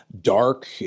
dark